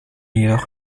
jedoch